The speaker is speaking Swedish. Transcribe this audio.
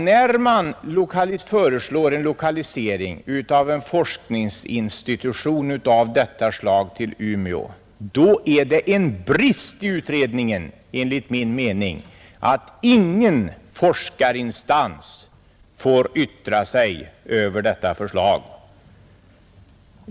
När man föreslår en lokalisering av en forskningsinstitution av detta slag till Umeå, är det en brist i utredningen att ingen forskarinstans fått yttra sig över detta förslag.